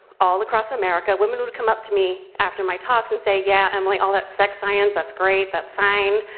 all across america, women would come up to me after my talks and say, yeah, emily, all of that sex science, that's great, that's fine.